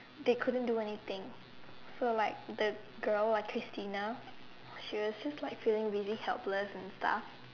they couldn't do anything so like the girl called Christina she was feeling quite helpless and stuff